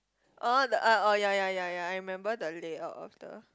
orh the ah orh ya ya ya ya I remember the layout of the